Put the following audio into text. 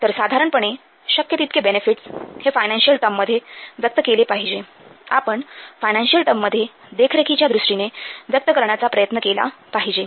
तर साधारणपणे शक्य तितके बेनेफिट्स हे फायनान्शिअल टर्म मध्ये व्यक्त केले पाहिजे आपण फायनान्शिअल टर्म मध्ये देखरेखीच्या दृष्टीने व्यक्त करण्याचा प्रयत्न केला पाहिजे